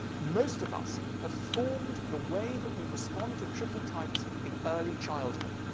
most of us have formed the way that we respond to tricky types in early childhood.